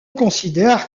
considère